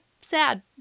sad